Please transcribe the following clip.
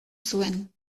zuen